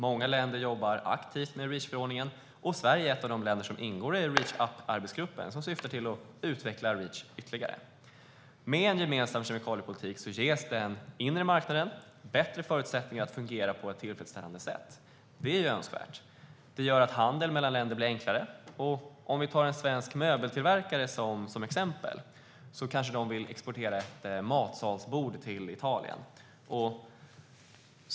Många länder jobbar aktivt med Reachförordningen, och Sverige är ett av de länder som ingår i Reach up-arbetsgruppen som syftar till att utveckla Reach ytterligare. Med en gemensam kemikaliepolitik ges den inre marknaden bättre förutsättningar att fungera på ett tillfredsställande sätt. Det är önskvärt. Det gör att handel mellan länder blir enklare. Vi kan ta en svensk möbeltillverkare som exempel. Företaget kanske vill exportera ett matsalsbord till Italien.